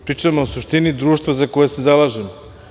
Pričamo o suštini društva za koje se zalažemo.